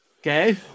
Okay